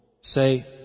Say